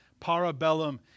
parabellum